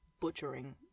butchering